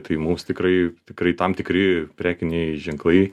tai mums tikrai tikrai tam tikri prekiniai ženklai